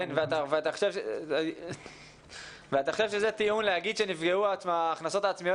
ואתה חושב שזה טיעון להגיד שנפגעו ההכנסות העצמיות